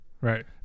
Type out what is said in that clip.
Right